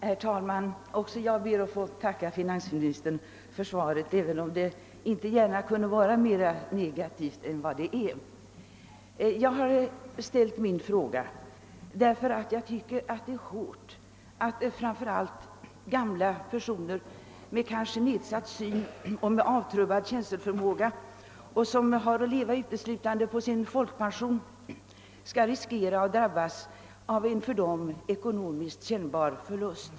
Herr talman! Också jag ber att få tacka finansministern för svaret, trots att det inte gärna kunde ha varit mera negativt. Jag har framställt min fråga därför att jag tycker det är hårt att framför allt gamla personer, kanske med nedsatt syn och avtrubbad känselförmåga, som är hänvisade till att leva uteslutande på sin pension, skall riskera att drabbas av en för dem kännbar ekonomisk förlust.